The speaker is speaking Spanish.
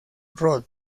road